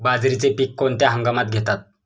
बाजरीचे पीक कोणत्या हंगामात घेतात?